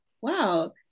wow